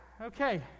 Okay